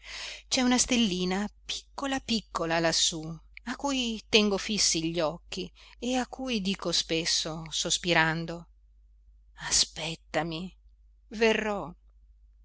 c'è una stellina piccola piccola lassù a cui tengo fissi gli occhi e a cui dico spesso sospirando aspettami verrò